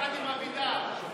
ביחד עם אבידר המושחת,